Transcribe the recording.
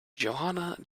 johanna